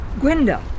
Gwenda